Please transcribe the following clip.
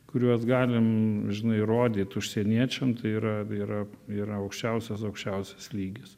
kuriuos galim žinai rodyt užsieniečiam tai yra yra yra aukščiausias aukščiausias lygis